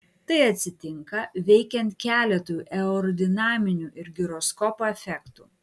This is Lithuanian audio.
tai atsitinka veikiant keletui aerodinaminių ir giroskopo efektų